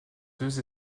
deux